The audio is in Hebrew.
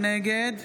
נגד